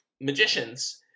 magicians